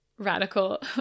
Radical